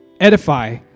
edify